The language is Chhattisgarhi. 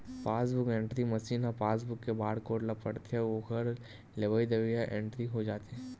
पासबूक एंटरी मसीन ह पासबूक के बारकोड ल पड़थे अउ ओखर लेवई देवई ह इंटरी हो जाथे